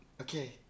okay